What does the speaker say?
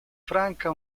franca